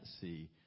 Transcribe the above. see